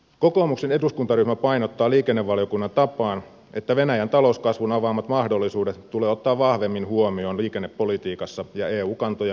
kokoomuksen eduskuntaryhmä painottaa liikennevaliokunnan tapaan että venäjän talouskasvun avaamat mahdollisuudet tulee ottaa vahvemmin huomioon liikennepolitiikassa ja eu kantojen muodostuksessa